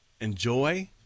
enjoy